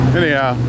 anyhow